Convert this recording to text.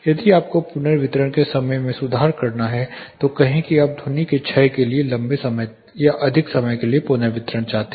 यदि आपको पुनर्वितरण के समय में सुधार करना है तो कहें कि आप ध्वनि के क्षय के लिए लंबे समय तक या अधिक समय के लिए पुनर्वितरण चाहते हैं